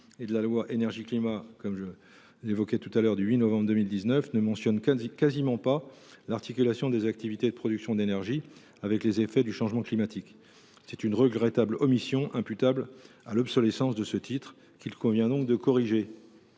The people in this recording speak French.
par la loi Énergie climat du 8 novembre 2019 –, ne mentionne quasiment pas l’articulation des activités de production d’énergie avec les effets du changement climatique. C’est une regrettable omission imputable à l’obsolescence de ce titre, qu’il convient donc de corriger.